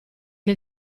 che